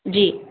जी